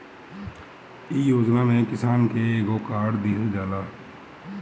इ योजना में किसान के एगो कार्ड दिहल जाला